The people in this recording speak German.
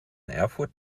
erfurt